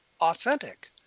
authentic